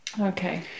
Okay